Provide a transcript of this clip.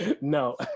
No